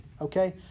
Okay